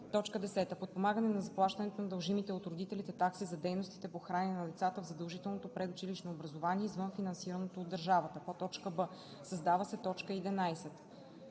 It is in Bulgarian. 10: „10. подпомагане на заплащането на дължимите от родителите такси за дейностите по хранене на децата в задължителното предучилищно образование, извън финансираното от държавата;“ б) създава се т. 11: